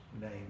name